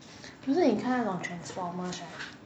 可是你看那种 transformers right